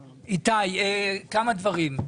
איתי, כמה דברים.